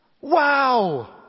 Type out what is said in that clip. Wow